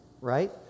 right